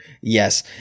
Yes